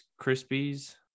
Krispies